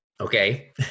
okay